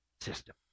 system